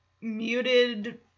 muted